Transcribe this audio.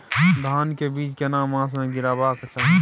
धान के बीज केना मास में गीराबक चाही?